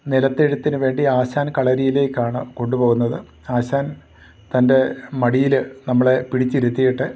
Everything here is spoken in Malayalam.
നിലത്തെഴുത്തിനു വേണ്ടി ആശാൻ കളരിയിലേക്കാണ് കൊണ്ടു പോകുന്നത് ആശാൻ തൻ്റെ മടിയിൽ നമ്മളെ പിടിച്ചിരുത്തിയിട്ട്